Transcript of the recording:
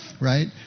right